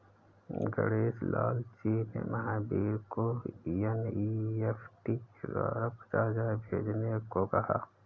गणेश लाल जी ने महावीर को एन.ई.एफ़.टी के द्वारा पचास हजार भेजने को कहा